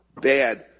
bad